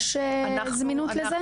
יש זמינות לזה?